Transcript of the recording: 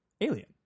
alien